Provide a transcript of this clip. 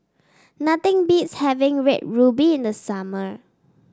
nothing beats having Red Ruby in the summer